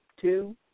two